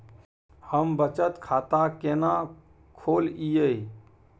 हम बचत खाता केना खोलइयै?